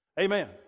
Amen